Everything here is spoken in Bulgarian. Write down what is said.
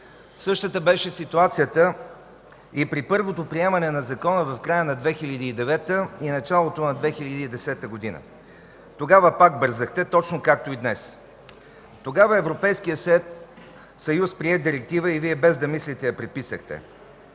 Същата беше ситуацията и при първото приемане на Закона в края на 2009 г. и в началото на 2010 г. Тогава пак бързахте, точно както и днес. Тогава Европейският съюз прие директива и Вие без да мислите я преписахте.